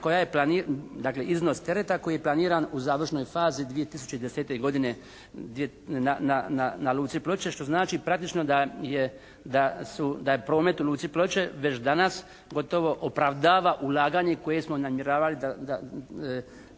iznos tereta koji je planiran u završnoj fazi 2010. godine na luci Ploče. Što znači praktično da su, da je promet u luci Ploče već danas gotovo opravdava ulaganje koje smo namjeravali i